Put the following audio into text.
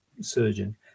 surgeon